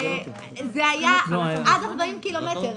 זה היה עד 40 קילומטר.